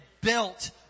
built